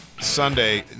Sunday